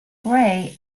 bray